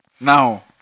Now